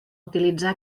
utilitzar